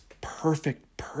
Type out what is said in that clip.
perfect